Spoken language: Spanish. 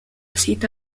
cita